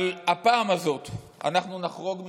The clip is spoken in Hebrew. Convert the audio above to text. אבל הפעם הזאת אנחנו נחרוג ממנהגנו.